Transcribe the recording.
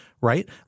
right